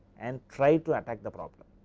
and try to attack the problem.